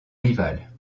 rival